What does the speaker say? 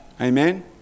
Amen